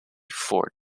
ford